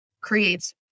creates